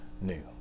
new